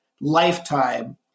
lifetime